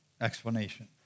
explanation